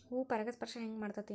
ಹೂ ಪರಾಗಸ್ಪರ್ಶ ಹೆಂಗ್ ಮಾಡ್ತೆತಿ?